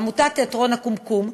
עמותת תיאטרון "קומקום"